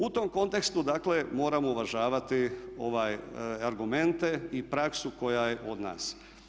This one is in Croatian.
U tom kontekstu dakle moramo uvažavati ove argumente i praksu koja je od nas.